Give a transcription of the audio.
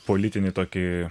politinį tokį